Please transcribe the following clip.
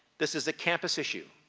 this is a campus issue.